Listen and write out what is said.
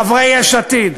חברי יש עתיד: